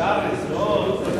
משה ארנס ועוד.